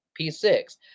P6